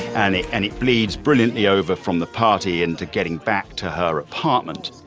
and it and it bleeds brilliantly over from the party and to getting back to her apartment.